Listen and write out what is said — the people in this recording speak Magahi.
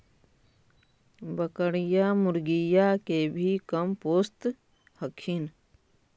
बकरीया, मुर्गीया के भी कमपोसत हखिन?